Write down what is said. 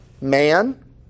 man